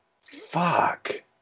fuck